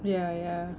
ya ya